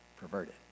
perverted